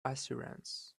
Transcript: assurance